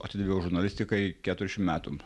atidaviau žurnalistikai keturiasdešim metų